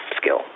skill